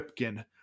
Ripken